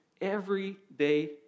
everyday